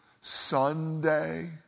Sunday